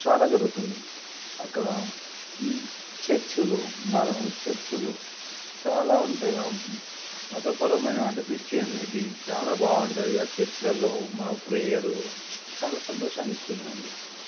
చాలా జరుగుతుంది అక్కడ చర్చులు చర్చులు చాలా ఉంటాయి మతపరమైన అంటే క్రిస్టియానిటీ చాలా బాగుంటుంది ఆ చర్చిలలో మన ప్రేయరు చాలా సంతోషాన్ని ఇస్తున్నాయండి